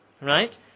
right